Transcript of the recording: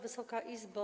Wysoka Izbo!